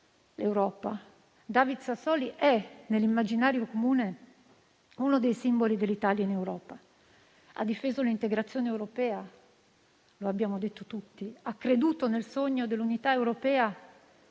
L'Europa: David Sassoli è, nell'immaginario comune, uno dei simboli dell'Italia in Europa. Ha difeso l'integrazione europea, lo abbiamo detto tutti; ha creduto nel sogno dell'unità europea